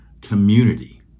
community